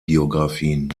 biografien